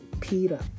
Peter